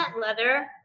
leather